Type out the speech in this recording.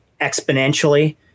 exponentially